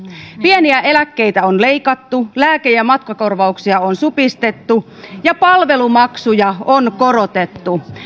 pieniä eläkkeitä on leikattu lääke ja matkakorvauksia on supistettu ja palvelumaksuja on korotettu